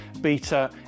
beta